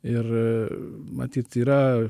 ir matyt yra